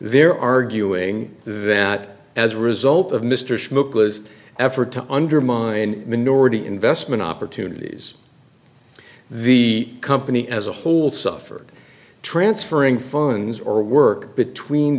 they're arguing that as a result of mr schmoke was effort to undermine minority investment opportunities the company as a whole suffered transferring funds or work between